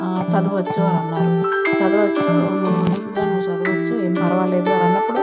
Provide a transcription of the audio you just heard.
చదవచ్చు అన్నారు చదవచ్చు చదవచ్చు ఏం పరవాలేదు అని అన్నప్పుడు